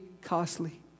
costly